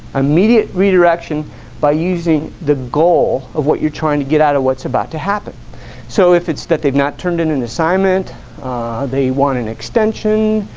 immediate redirection by using the goal of what you're trying to get out of what's about to happen so if it's that they've not turned in an assignment they want an extension